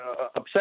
upset